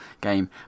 game